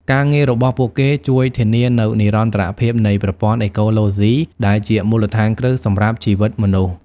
ការងាររបស់ពួកគេជួយធានានូវ និរន្តរភាពនៃប្រព័ន្ធអេកូឡូស៊ី ដែលជាមូលដ្ឋានគ្រឹះសម្រាប់ជីវិតមនុស្ស។